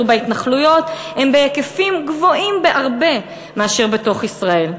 בהתנחלויות הם בהיקפים גבוהים בהרבה מאשר בתוך ישראל.